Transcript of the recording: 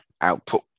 output